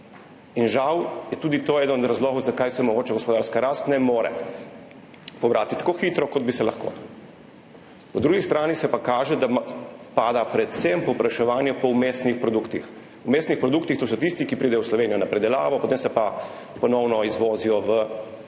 In žal je tudi to eden od razlogov, zakaj se mogoče gospodarska rast ne more pobrati tako hitro, kot bi se lahko. Po drugi strani pa kaže, da pada predvsem povpraševanje po vmesnih produktih, to so tisti, ki pridejo v Slovenijo na predelavo, potem se pa ponovno izvozijo v